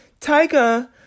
Tyga